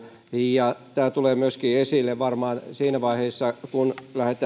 ja tämä tulee myöskin esille varmaan siinä vaiheessa kun lähdetään